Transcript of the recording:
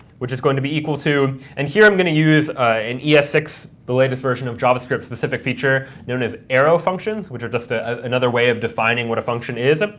which is going to be equal to and here i'm going to use an e s six, the latest version of javascript specific feature, known as arrow functions, which are just ah another way of defining what a function is, ah